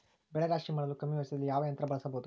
ಬೆಳೆ ರಾಶಿ ಮಾಡಲು ಕಮ್ಮಿ ವೆಚ್ಚದಲ್ಲಿ ಯಾವ ಯಂತ್ರ ಬಳಸಬಹುದು?